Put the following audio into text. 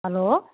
hello